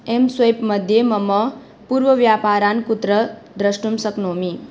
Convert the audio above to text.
M swap मध्ये मम पूर्वव्यापारान् कुत्र द्रष्टुं शक्नोमि